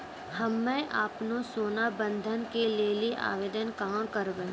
हम्मे आपनौ सोना बंधन के लेली आवेदन कहाँ करवै?